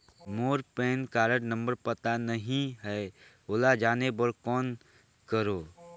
मोर pan card number पता नहीं है, ओला जाने बर कौन करो?